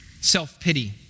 Self-pity